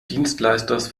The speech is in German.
dienstleisters